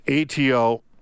ATO